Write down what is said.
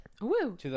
Woo